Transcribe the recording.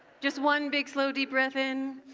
just one big, slow, deep breath in.